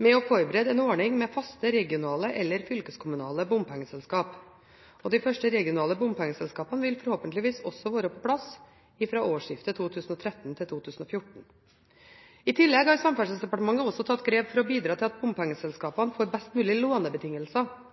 med å forberede en ordning med faste regionale eller fylkeskommunale bompengeselskap. De første regionale bompengeselskapene vil forhåpentligvis også være på plass fra årsskiftet 2013–2014. I tillegg har Samferdselsdepartementet også tatt grep for å bidra til at bompengeselskapene får best mulig lånebetingelser,